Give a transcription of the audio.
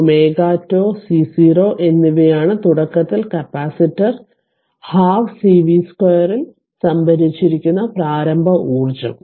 5 t ωτ C0 എന്നിവയാണ് തുടക്കത്തിൽ capacitor പകുതി C V0 സ്ക്വയറിൽ സംഭരിച്ചിരിക്കുന്ന പ്രാരംഭ ഊർജ്ജം